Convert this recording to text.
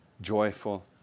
joyful